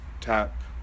tap